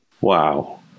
Wow